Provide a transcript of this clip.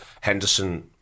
Henderson